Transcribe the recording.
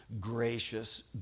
gracious